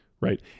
right